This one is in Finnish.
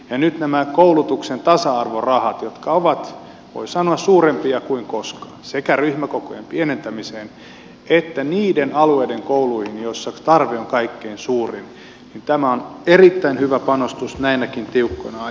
nyt nämä koulutuksen tasa arvorahat jotka ovat voi sanoa suurempia kuin koskaan sekä ryhmäkokojen pienentämiseen että niiden alueiden kouluihin joissa tarve on kaikkein suurin ovat erittäin hyvä panostus näinäkin tiukkoina aikoina